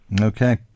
Okay